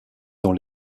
dans